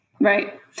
Right